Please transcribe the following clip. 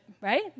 right